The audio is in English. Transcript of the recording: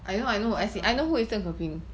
Zheng Ke Ping